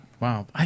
wow